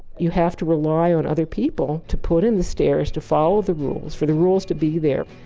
you have to rely on other people to put in the stairs, to follow the rules, for the rules to be there,